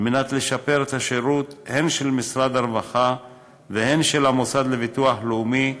לשפר את השירות הן של משרד הרווחה והן של המוסד לביטוח לאומי,